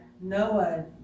Noah